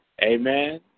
Amen